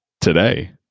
today